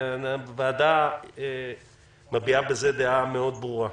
הוועדה מודיעה בזה דעה מאוד ברורה.